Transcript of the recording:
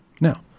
Now